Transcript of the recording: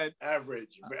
Average